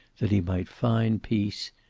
that he might find peace,